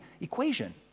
equation